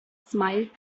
smiled